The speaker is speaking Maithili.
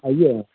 अइए